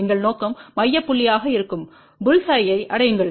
எங்கள் நோக்கம் மைய புள்ளியாக இருக்கும் புல்ஸ் ஐயை bull's eye அடையுங்கள்